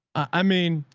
i mean,